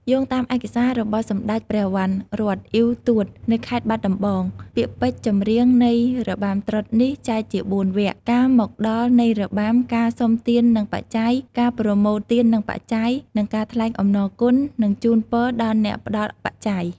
យោងតាមឯកសាររបស់សម្ដេចព្រះវណ្ណរ័ត្ន អ៉ីវ ទួត នៅខេត្តបាត់ដំបង ពាក្យពេចន៍ចម្រៀងនៃរបាំត្រុដិនេះចែកជា៤វគ្គ ការមកដល់នៃរបាំ ការសុំទាននិងបច្ច័យ ការប្រមូលទាននិងបច្ច័យ និងការថ្លែងអំណរគុណនិងជូនពរដល់អ្នកផ្ដល់បច្ច័យ។